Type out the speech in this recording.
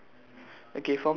both of them have ribbon ah